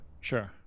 Sure